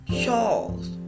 Charles